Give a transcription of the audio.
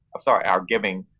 sorry, our giving,